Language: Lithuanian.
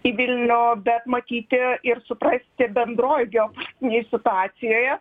į vilnių bet matyti ir suprasti bendroj geopolitinėj situacijoje